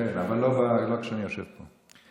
כן, אבל לא כשאני יושב פה.